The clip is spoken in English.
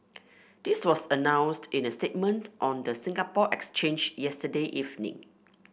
this was announced in a statement on the Singapore Exchange yesterday evening